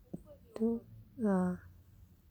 two lah